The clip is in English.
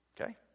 Okay